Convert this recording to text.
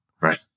right